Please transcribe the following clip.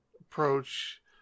approach